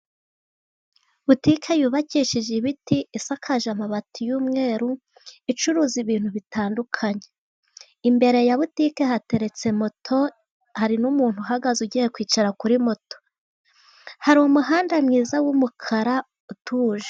Butike yubakishije ibiti isakaje amabati y'umweru, icuruza ibintu bitandukanye imbere ya butike hateretse moto, hari n'umuntu uhagaze ugiye kwicara kuri moto, hari umuhanda mwiza w'umukara utuje.